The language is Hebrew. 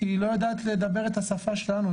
היא לא יודעת לדבר את השפה שלנו,